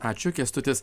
ačiū kęstutis